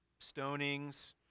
stonings